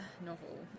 novel